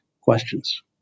questions